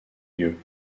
lieux